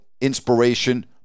inspiration